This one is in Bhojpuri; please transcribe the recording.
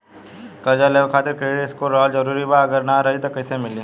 कर्जा लेवे खातिर क्रेडिट स्कोर रहल जरूरी बा अगर ना रही त कैसे मिली?